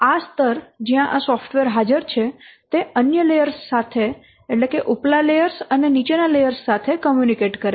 આ સ્તર જ્યાં આ સોફ્ટવેર હાજર છે તે અન્ય લેયર્સ સાથે ઉપલા લેયર્સ અને નીચેના લેયર્સ સાથે કૉમ્યૂનિકેટ કરે છે